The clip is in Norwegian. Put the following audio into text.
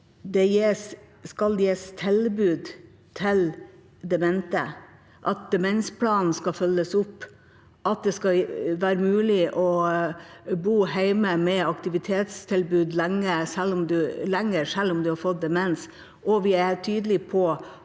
det skal gis tilbud til demente, at demensplanen skal følges opp, og at det skal være mulig å bo lenger hjemme med aktivitetstilbud selv om du har fått demens. Vi er tydelige på